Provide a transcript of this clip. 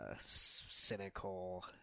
cynical